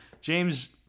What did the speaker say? James